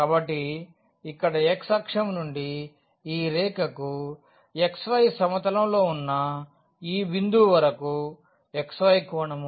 కాబట్టి ఇక్కడ x అక్షం నుండి ఈ రేఖకు xy సమతలంలో ఉన్న ఈ బిందువు వరకు xy కోణం